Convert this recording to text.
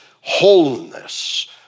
wholeness